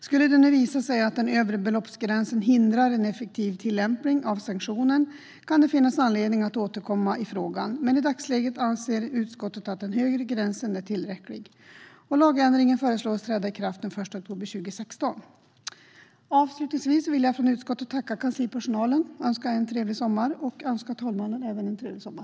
Skulle det visa sig att den övre beloppsgränsen hindrar en effektiv tillämpning av sanktionen kan det finnas anledning att återkomma i frågan. Men i dagsläget anser utskottet att den högre gränsen är tillräcklig. Lagändringen föreslås träda i kraft den 1 oktober 2016. Avslutningsvis vill jag från utskottet tacka kanslipersonalen och önska en trevlig sommar. Jag önskar även talmannen en trevlig sommar.